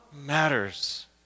matters